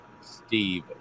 Steve